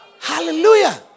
Hallelujah